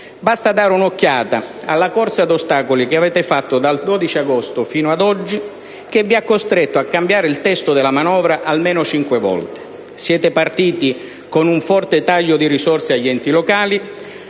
Basta dare un'occhiata alla corsa ad ostacoli che avete fatto dal 12 agosto fino ad oggi, che vi ha costretto a cambiare il testo della manovra almeno cinque volte. Siete partiti con un forte taglio di risorse agli enti locali,